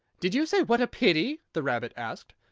did you say what a pity? the rabbit asked.